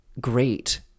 great